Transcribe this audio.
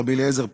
רבי אליעזר פאפו.